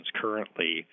currently